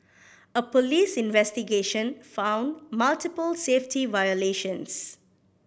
a police investigation found multiple safety violations